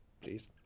Please